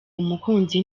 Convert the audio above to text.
umukunzi